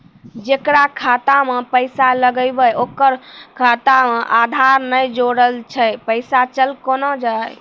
जेकरा खाता मैं पैसा लगेबे ओकर खाता मे आधार ने जोड़लऽ छै पैसा चल कोना जाए?